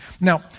Now